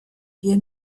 wir